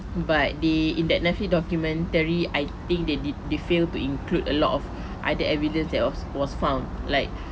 by they in that Netflix documentary I think they did they failed to include a lot of either evidence that was was found like